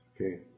okay